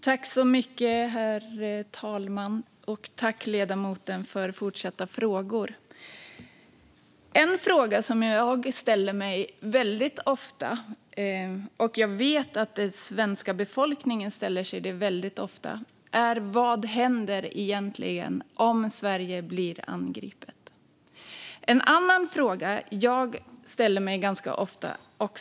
Herr talman! Jag tackar ledamoten för fortsatta frågor. En fråga som jag ofta ställer mig och som jag vet att den svenska befolkningen ofta ställer sig är vad som händer om Sverige blir angripet.